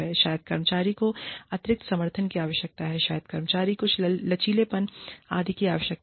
शायद कर्मचारी को अतिरिक्त समर्थन की आवश्यकता है शायद कर्मचारी को कुछ लचीलेपन आदि की आवश्यकता है